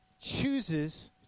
chooses